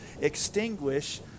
extinguish